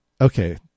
Okay